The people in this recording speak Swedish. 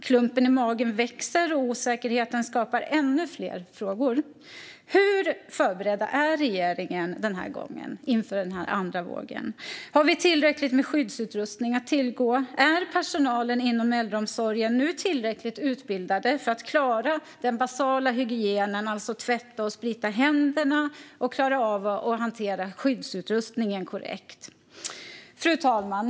Klumpen i magen växer, och osäkerheten skapar ännu fler frågor. Hur förberedd är regeringen den här gången, det vill säga inför den andra vågen? Har vi tillräckligt med skyddsutrustning att tillgå? Är personalen inom äldreomsorgen nu tillräckligt utbildad för att klara den basala hygienen, såsom att tvätta och sprita händerna, och klara av att hantera skyddsutrustningen korrekt? Fru talman!